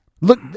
Look